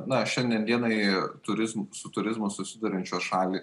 na šiandien dienai turizm su turizmu susiduriančios šalys